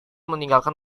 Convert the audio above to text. meninggalkan